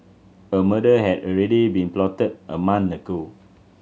a murder had already been plotted a month ago